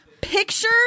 picture